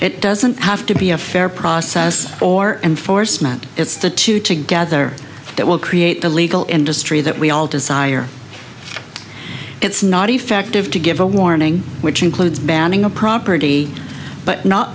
it doesn't have to be a fair process or enforcement it's the two together that will create the legal industry that we all desire it's not effective to give a warning which includes banning a property but not